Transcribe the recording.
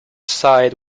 side